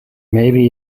maybe